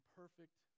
perfect